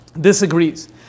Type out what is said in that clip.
Disagrees